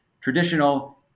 traditional